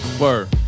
Word